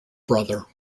brother